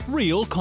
real